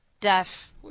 deaf